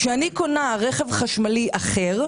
כשאני קונה רכב חשמלי אחר,